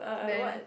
then